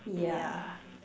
yeah